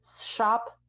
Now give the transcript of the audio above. shop